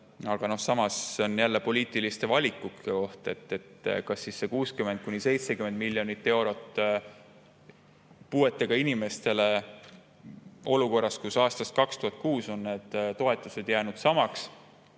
Aga samas see on jälle poliitiliste valikute koht. Kas [eraldada] see 60–70 miljonit eurot puuetega inimestele olukorras, kus aastast 2006 on need toetused jäänud samaks,